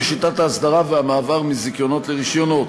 שיטת האסדרה והמעבר מזיכיונות לרישיונות.